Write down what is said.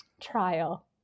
trial